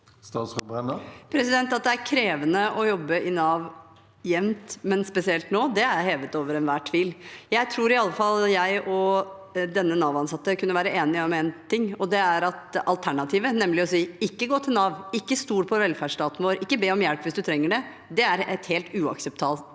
det jevnt over er krevende å jobbe i Nav, men spesielt nå, er hevet over enhver tvil. Jeg tror iallfall jeg og denne Nav-ansatte kunne vært enige om én ting, og det er at alternativet, nemlig å si «ikke gå til Nav, ikke stol på velferdsstaten vår, ikke be om hjelp hvis du trenger det», er et helt uakseptabelt